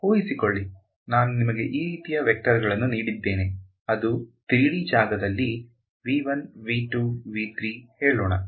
ಊಹಿಸಿಕೊಳ್ಳಿ ನಾನು ನಿಮಗೆ ಈ ರೀತಿಯ ವೆಕ್ಟರ್ಗಳನ್ನು ನೀಡಿದ್ದೇನೆ ಅದು 3D ಜಾಗದಲ್ಲಿ ಹೇಳೋಣ